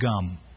gum